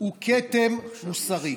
הוא כתם מוסרי.